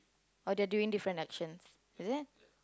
or they're doing different actions is it